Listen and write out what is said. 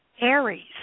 Aries